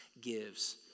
gives